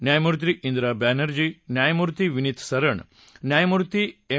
न्यायमूर्ती रा बँनर्जी न्यायमूर्ती विनित सरण न्यायमूर्ती एम